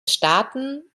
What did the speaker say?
staaten